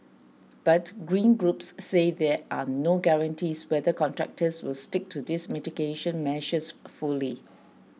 but green groups say there are no guarantees whether contractors will stick to these mitigation measures fully